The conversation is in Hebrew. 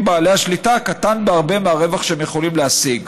בעלי השליטה קטן בהרבה מהרווח שהם יכולים להשיג.